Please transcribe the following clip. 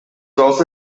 also